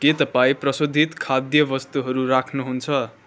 के तपाईँ प्रशोधित खाद्य वस्तुहरू राख्नुहुन्छ